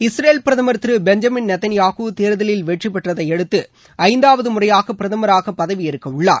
Israel பிரதமர் திரு Benjamin Netanyahu தேர்தலில் வெற்றிப்பெற்றதையடுத்து ஐந்தாவது முறையாக பிரதமராக பதவி எற்க உள்ளார்